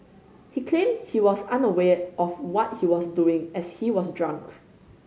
he claimed he was unaware of what he was doing as he was drunk